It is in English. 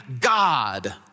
God